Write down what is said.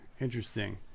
Interesting